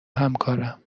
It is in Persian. همکارم